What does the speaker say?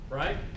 right